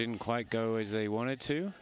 didn't quite go as they wanted to